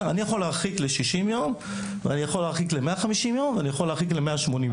אני יכול להרחיק ל-60 יום, ל-150 ול-180 יום.